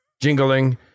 jingling